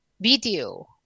video